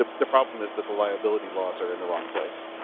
ah the problem is that the liability laws are in the wrong place.